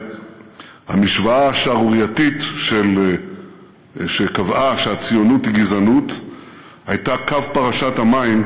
המשוואה השערורייתית שקבעה שהציונות היא גזענות הייתה קו פרשת המים,